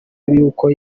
y’uko